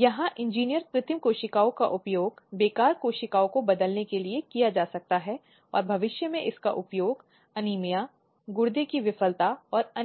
जहाँ हम लिंग हिंसा पर ध्यान केंद्रित करेंगे